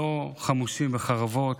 לא חמושים בחרבות.